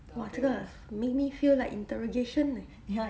!wah! 这个 make me feel like interrogation eh